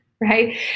right